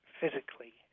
physically